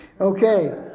Okay